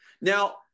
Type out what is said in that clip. Now